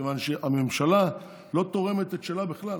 כיוון שהממשלה לא תורמת את שלה בכלל.